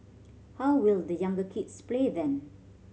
how will the younger kids play then